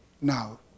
now